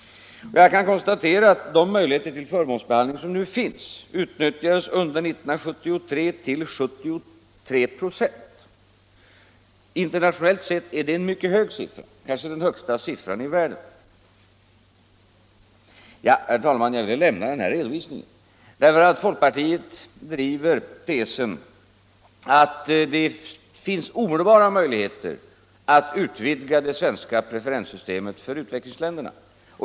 Jag kan konstatera att de möjligheter till förmånsbehandling som nu finns under 1973 utnyttjades till 73 96. Internationellt sett är det en mycket hög siffra, kanske den högsta i världen. Herr talman! Jag har velat lämna denna redovisning därför att folkpartiet driver tesen att det finns omedelbara möjligheter att utvidga det svenska preferenssystemet för utvecklingsländerna.